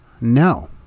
No